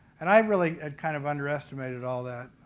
and i really kind of underestimated all of that.